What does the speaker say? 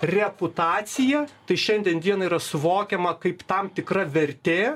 reputacija tai šiandien dienai yra suvokiama kaip tam tikra vertė